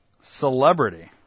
Celebrity